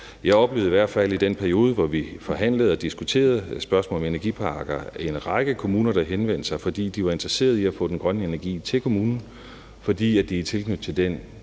Jeg oplevede i hvert fald i den periode, hvor vi forhandlede og diskuterede spørgsmålet om energiparker, en række kommuner, der henvendte sig, fordi de var interesseret i at få den grønne energi til kommunen, fordi de i tilknytning til den